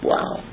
Wow